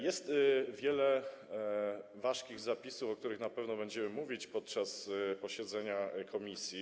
Jest wiele ważkich zapisów, o których na pewno będziemy mówić podczas posiedzenia komisji.